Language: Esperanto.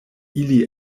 ili